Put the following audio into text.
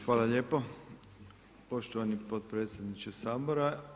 Hvala lijepo poštovani potpredsjedniče Sabora.